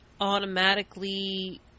automatically